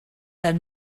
that